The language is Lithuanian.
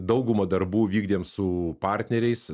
daugumą darbų vykdėm su partneriais